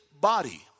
body